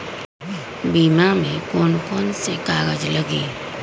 बीमा में कौन कौन से कागज लगी?